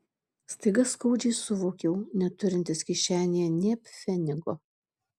staiga skaudžiai suvokiau neturintis kišenėje nė pfenigo